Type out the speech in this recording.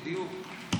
בדיוק.